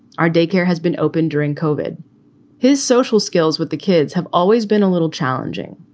our daycare has been open during covid his social skills with the kids have always been a little challenging,